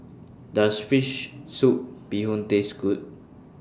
Does Fish Soup Bee Hoon Taste Good